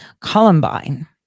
Columbine